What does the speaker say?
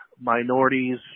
minorities